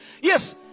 Yes